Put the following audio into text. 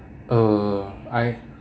uh I